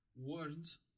words